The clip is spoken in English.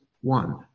one